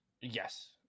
Yes